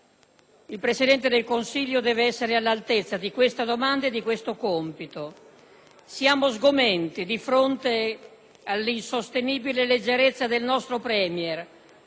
Il Presidente del Consiglio deve essere all'altezza di questa domanda e di questo compito. Siamo sgomenti, perciò, di fronte all'insostenibile leggerezza del nostro *Premier*,